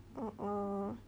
a'ah